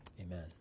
Amen